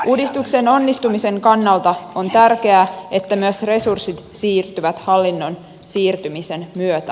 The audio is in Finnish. uudistuksen onnistumisen kannalta on tärkeää että myös resurssit siirtyvät hallinnon siirtymisen myötä